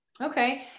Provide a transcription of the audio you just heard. Okay